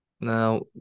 Now